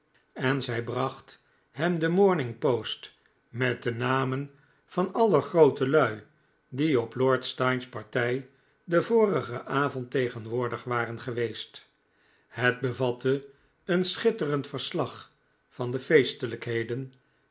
en zij bracht hem de morning post met de namen van alle grootelui die op lord steyne's partij den vorigen avond tegenwoordig waren geweest het bevatte een schitterend verslag van de feestelijkheden